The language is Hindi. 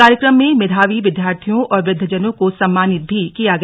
कार्यक्रम में मेधावी विद्यार्थियों और वृद्धजनों को सम्मानित भी किया गया